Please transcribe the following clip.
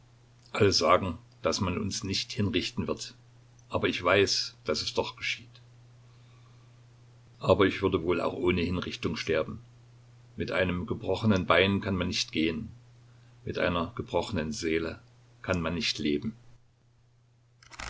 alle sagen daß man uns nicht hinrichten wird aber ich weiß daß es doch geschieht aber ich würde wohl auch ohne hinrichtung sterben mit einem gebrochenen bein kann man nicht gehen mit einer gebrochenen seele kann man nicht leben